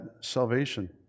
salvation